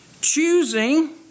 choosing